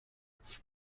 off